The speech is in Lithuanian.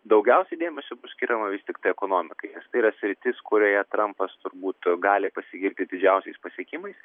daugiausiai dėmesio bus skiriama tiktai ekonomikai nes tai yra sritis kurioje trampas turbūt gali pasigirti didžiausiais pasiekimais